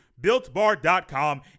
builtbar.com